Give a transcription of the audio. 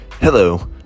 Hello